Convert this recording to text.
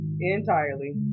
Entirely